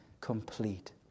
complete